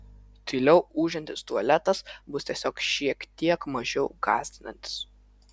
tyliau ūžiantis tualetas bus tiesiog šiek tiek mažiau gąsdinantis